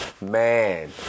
man